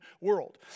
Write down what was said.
world